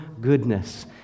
goodness